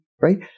Right